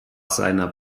seiner